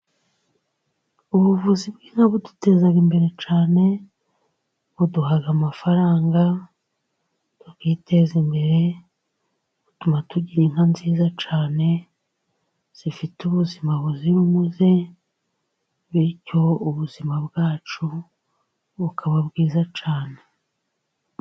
Ubuvuzi bw'inka buduteza imbere cyane. Buduha amafaranga tukiteza imbere, butuma tugira inka nziza cyane, zifite ubuzima buzira umuze bityo ubuzima bwacu bukaba bwiza cyane.